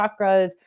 chakras